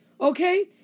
Okay